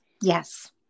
Yes